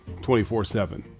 24-7